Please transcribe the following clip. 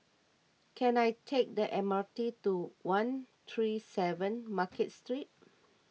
can I take the M R T to one three seven Market Street